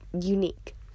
unique